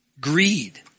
Greed